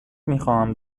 میخواهم